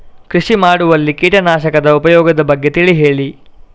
ಕೃಷಿ ಮಾಡುವಲ್ಲಿ ಕೀಟನಾಶಕದ ಉಪಯೋಗದ ಬಗ್ಗೆ ತಿಳಿ ಹೇಳಿ